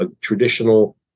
traditional